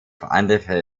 andere